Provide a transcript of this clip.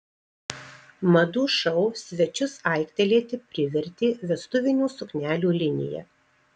madų šou svečius aiktelėti privertė vestuvinių suknelių linija